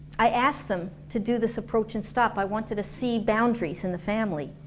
i asked them to do this approach and stop. i wanted to see boundaries in the family,